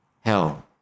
hell